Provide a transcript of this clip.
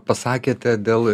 pasakėte dėl